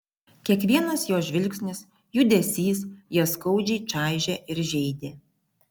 kiekvienas jo žvilgsnis judesys ją skaudžiai čaižė ir žeidė